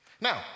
Now